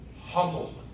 Humble